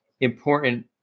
important